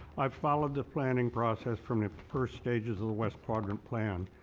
i followed the planning process from the first stages of the west quadrant plan.